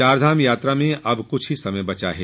चारधाम यात्रा में अब कुछ ही समय बचा है